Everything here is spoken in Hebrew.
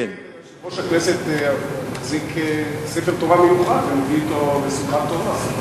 היושב-ראש מחזיק ספר תורה מיוחד ומביא אותו לשמחת תורה.